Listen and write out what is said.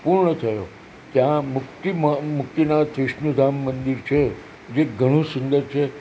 પૂર્ણ થયો ત્યાં મુક્તિ મા મુક્તિનાથ વિષ્ણુધામ મંદિર છે જે ઘણું સુંદર છે